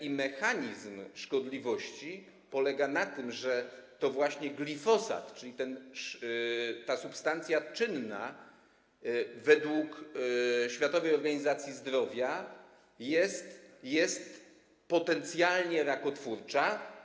I mechanizm szkodliwości polega na tym, że to właśnie glifosat, czyli ta substancja czynna, według Światowej Organizacji Zdrowia jest potencjalnie rakotwórcza.